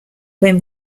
when